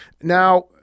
Now